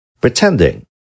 Pretending